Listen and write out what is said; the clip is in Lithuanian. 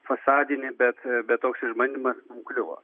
fasadinį bet toks išbandymas kliuvo